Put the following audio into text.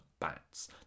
bats